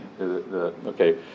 Okay